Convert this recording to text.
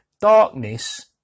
darkness